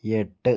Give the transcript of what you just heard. എട്ട്